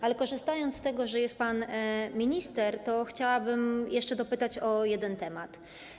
Ale korzystając z tego, że jest pan minister, chciałabym jeszcze dopytać o jeden temat.